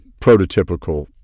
prototypical